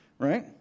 Right